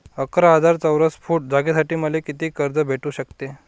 अकरा हजार चौरस फुट जागेसाठी मले कितीक कर्ज भेटू शकते?